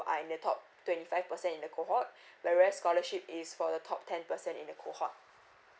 are in the top twenty five percent in the cohort whereas scholarship is for the top ten percent in the cohort